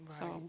Right